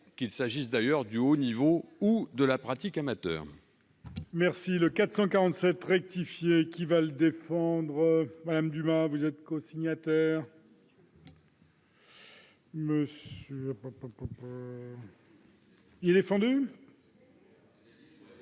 qu'il s'agisse du haut niveau ou de la pratique amateur.